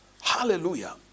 hallelujah